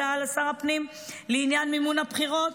הודעה לשר הפנים לעניין מימון הבחירות,